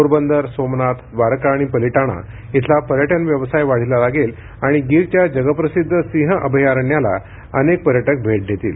पोरबंदर सोमनाथ द्वारका आणि पलिटाणा इथला पर्यटन व्यवसाय वाढीला लागेल आणि गिरच्या जगप्रसिद्ध सिंह अभयारण्याला अनेक पर्यटक भेट देतील